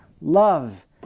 love